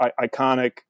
iconic